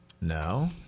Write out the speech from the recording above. No